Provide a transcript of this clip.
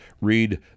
read